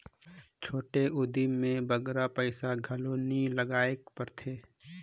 छोटे उदिम में बगरा पइसा घलो नी लगाएक परे